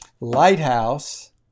Lighthouse